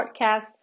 Podcast